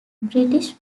british